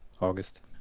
August